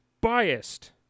Biased